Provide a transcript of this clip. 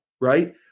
Right